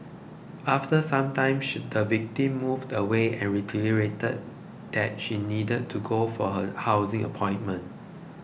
after some time should the victim moved away and reiterated that she needed to go for her housing appointment